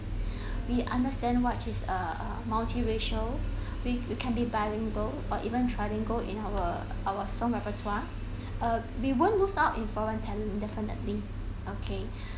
we understand what is uh uh multi racial we we can be bilingual or even trilingual in our our song repertoire uh we won't lose out in foreign talent definitely okay